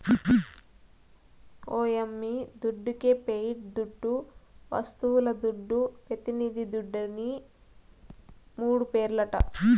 ఓ యమ్మీ దుడ్డికే పియట్ దుడ్డు, వస్తువుల దుడ్డు, పెతినిది దుడ్డుని మూడు పేర్లట